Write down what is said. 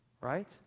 right